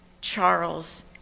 Charles